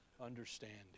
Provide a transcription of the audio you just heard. understanding